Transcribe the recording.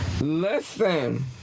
Listen